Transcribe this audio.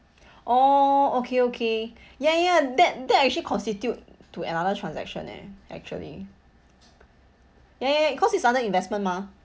oh okay okay ya ya that that actually constitute to another transaction eh actually ya ya cause it's under investment mah